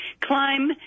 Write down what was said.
climb